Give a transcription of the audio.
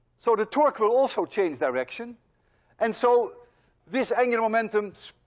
so the torque will also change direction and so this angular momentum,